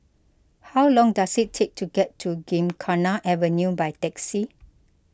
how long does it take to get to Gymkhana Avenue by taxi